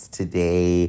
today